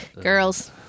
girls